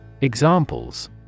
Examples